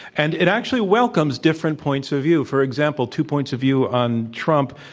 and it actually welcomes different points of view. for example, two points of view on trump.